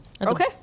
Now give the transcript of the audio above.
Okay